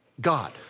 God